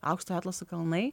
aukštojo atlaso kalnai